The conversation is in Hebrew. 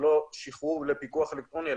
זה לא שחרור לפיקוח אלקטרוני,